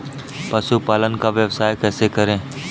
पशुपालन का व्यवसाय कैसे करें?